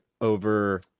over –